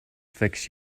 fix